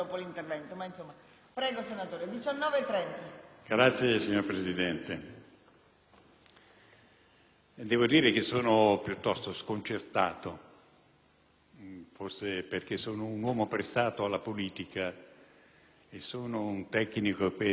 devo dire che sono piuttosto sconcertato, forse perché sono un uomo prestato alla politica e un tecnico che per 45 anni si è occupato di lotta alla criminalità,